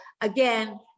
again